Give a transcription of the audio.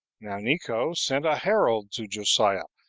now neco sent a herald to josiah,